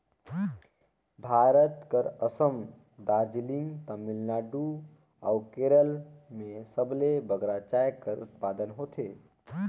भारत कर असम, दार्जिलिंग, तमिलनाडु अउ केरल में सबले बगरा चाय कर उत्पादन होथे